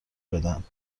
بدن